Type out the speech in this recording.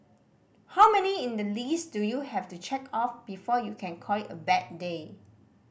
how many in the list do you have to check off before you can call it a bad day